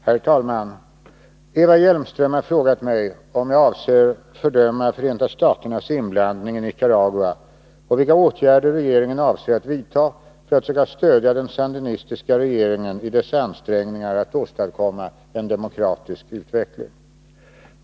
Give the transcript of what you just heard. Herr talman! Eva Hjelmström har frågat mig om jag avser fördöma Förenta staternas inblandning i Nicaragua och vilka åtgärder regeringen avser att vidta för att söka stödja den sandinistiska regeringen i dess ansträngningar att åstadkomma en demokratisk utveckling.